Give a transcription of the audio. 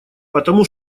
потому